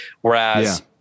Whereas